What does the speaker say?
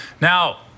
Now